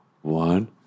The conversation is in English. One